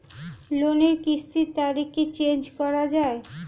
লোনের কিস্তির তারিখ কি চেঞ্জ করা যায়?